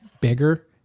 bigger